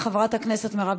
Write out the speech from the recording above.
חברת הכנסת עליזה לביא, בבקשה.